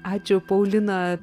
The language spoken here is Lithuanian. ačiū paulina